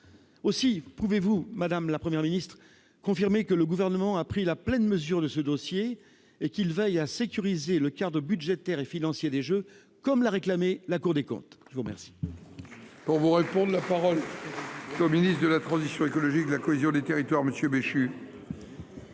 Aussi, pouvez-vous, madame la Première ministre, confirmer que le Gouvernement a pris la pleine mesure de ce dossier et qu'il veille à « sécuriser le cadre budgétaire et financier des jeux », comme l'a réclamé la Cour des comptes ? La parole est à M. le ministre de la transition écologique et de la cohésion des territoires. Monsieur